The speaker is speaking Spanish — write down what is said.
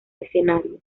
escenario